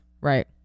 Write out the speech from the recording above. right